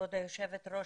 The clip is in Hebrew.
כבוד היושבת-ראש,